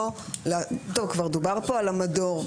דובר כאן על המדור,